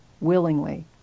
willingly